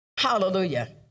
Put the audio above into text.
Hallelujah